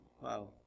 wow